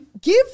give